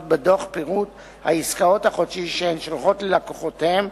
בדוח פירוט העסקאות החודשי שהן שולחות ללקוחותיהן,